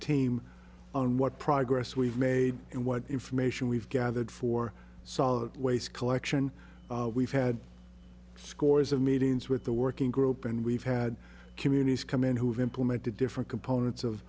team on what progress we've made and what information we've gathered for solid waste collection we've had scores of meetings with the working group and we've had communities come in who have implemented different components of